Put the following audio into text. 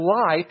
life